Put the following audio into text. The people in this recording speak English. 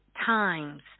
times